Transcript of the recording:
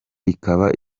ikaba